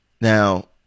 now